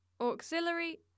auxiliary